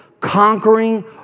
conquering